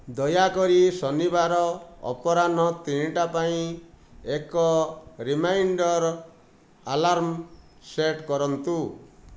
ଦୟାକରି ଶନିବାର ଅପରାହ୍ନ ତିନିଟା ପାଇଁ ଏକ ରିମାଇଣ୍ଡର ଆଲାର୍ମ ସେଟ୍ କରନ୍ତୁ